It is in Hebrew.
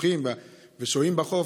השוחים והשוהים בחוף,